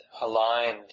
aligned